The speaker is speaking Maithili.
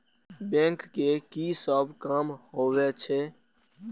बैंक के की सब काम होवे छे?